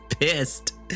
pissed